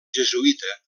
jesuïta